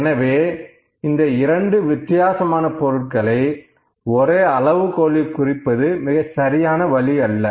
எனவே இந்த 2 வித்தியாசமான பொருட்களை ஒரே அளவுகோலில் குறிப்பது மிகச்சரியான வழி அல்ல